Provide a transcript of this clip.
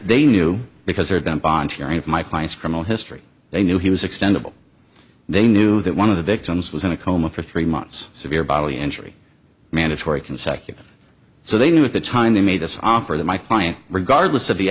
they knew because they had them bond hearing of my client's criminal history they knew he was extended they knew that one of the victims was in a coma for three months severe bodily injury mandatory consecutive so they knew at the time they made this offer that my client regardless of the